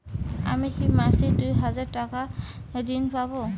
আমি কি মাসিক দুই হাজার টাকার ঋণ পাব?